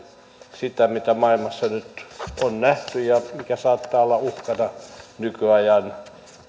sitä mitä maailmassa nyt on nähty ja mikä saattaa olla uhkana nykyajan